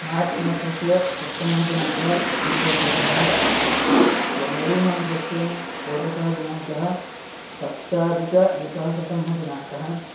मार्च् मासस्य सप्तमः दिनाङ्कः द्विसहस्रतमः वर्षः जनवरी मासस्य षोडशः दिनाङ्कः सप्ताधिकद्विसहस्रतमः दिनाङ्कः